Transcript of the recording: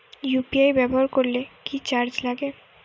UPI ব্যবহার করলে কি চার্জ লাগে?